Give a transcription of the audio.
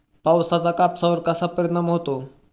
पावसाचा कापसावर कसा परिणाम होतो?